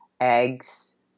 eggs